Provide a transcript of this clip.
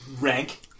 rank